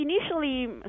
initially